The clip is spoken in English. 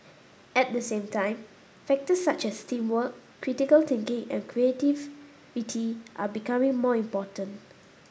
at the same time factors such as teamwork critical thinking and creativity are becoming more important